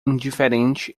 indiferente